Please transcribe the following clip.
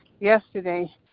yesterday